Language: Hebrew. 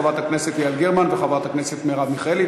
חברת הכנסת יעל גרמן וחברת הכנסת מרב מיכאלי.